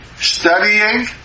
Studying